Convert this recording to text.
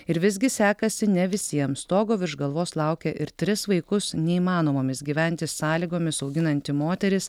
ir visgi sekasi ne visiems stogo virš galvos laukia ir tris vaikus neįmanomomis gyventi sąlygomis auginanti moteris